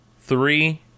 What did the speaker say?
three